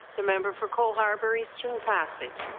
the member for cole harbour-eastern passage.